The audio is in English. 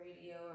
radio